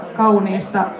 kauniista